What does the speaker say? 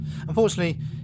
Unfortunately